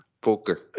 Poker